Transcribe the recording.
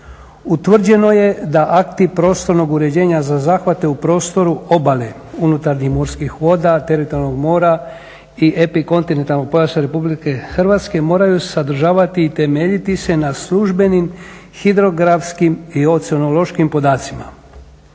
utvrđeno je da akti prostornog uređenja za zahvate u prostoru obale unutarnjih morskih voda, teritorijalnog mora i epikontinentalnog pojasa RH moraj sadržavati i temeljiti se na službenim hidrografskim i oceanološkim podacima.